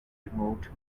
remote